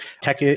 tech